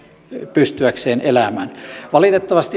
pystyäkseen elämään valitettavasti